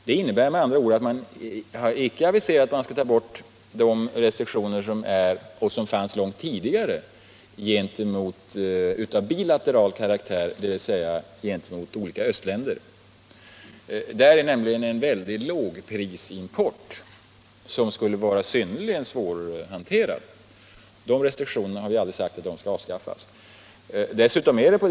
Det innebär med andra ord icke att vi har aviserat att vi skall ta bort de restriktioner av bilateral karaktär, dvs. gentemot olika östländer, som fanns långt förut. På det området förekommer nämligen en lågprisimport, som skulle vara synnerligen svårhanterad. Vi har aldrig sagt att de restriktionerna skall avskaffas.